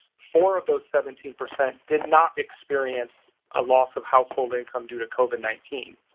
four of those seventeen percent did not experience a loss of household income due to covid nineteen.